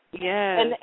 Yes